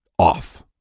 Off